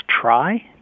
try